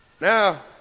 Now